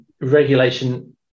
regulation